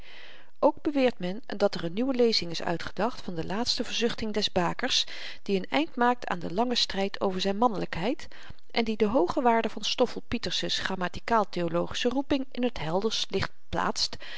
ook beweert men dat er n nieuwe lezing is uitgedacht van de laatste verzuchting des bakers die n eind maakt aan den langen stryd over zyn mannelykheid en die de hooge waarde van stoffel pieterse's grammatikaal theologische roeping in t helderst licht plaatst